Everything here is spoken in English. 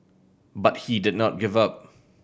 but he did not give up